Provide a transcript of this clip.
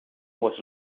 was